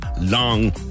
long